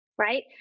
right